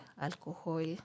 alcohol